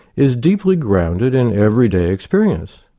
is deeply grounded in everyday experience.